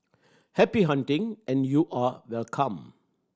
happy hunting and you are welcome